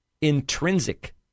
intrinsic